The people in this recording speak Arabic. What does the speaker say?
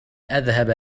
أذهب